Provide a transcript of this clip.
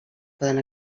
poden